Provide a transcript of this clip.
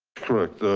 correct,